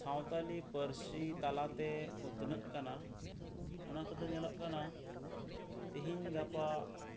ᱥᱟᱶᱛᱟᱞᱤ ᱯᱟ ᱨᱥᱤ ᱛᱟᱞᱛᱮ ᱩᱛᱱᱟᱹᱜ ᱠᱟᱱᱟ ᱚᱱᱟ ᱠᱚᱫᱚ ᱧᱮᱞᱚᱜ ᱠᱟᱱᱟ ᱛᱤᱦᱤᱧ ᱜᱟᱯᱟ